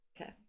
Okay